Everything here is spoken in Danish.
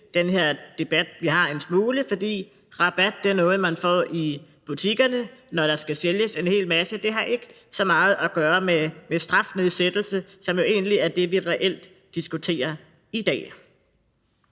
den her debat, vi har, en smule, for rabat er noget, man får i butikkerne, når der skal sælges en hel masse. Det har ikke så meget at gøre med strafnedsættelse, som jo egentlig er det, vi reelt diskuterer i dag.